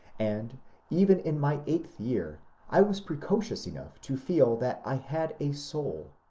and even in my eighth year i was precocious enough to feel that i had a soul.